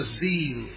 zeal